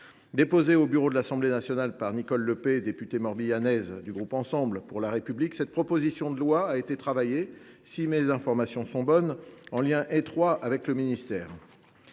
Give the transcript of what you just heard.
Déposée sur le bureau de l’Assemblée nationale par Nicole Le Peih, députée morbihannaise du groupe Ensemble pour la République, elle a été travaillée, si mes informations sont exactes, en lien étroit avec le ministère.